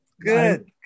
good